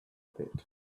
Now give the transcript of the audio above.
pit